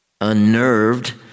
Unnerved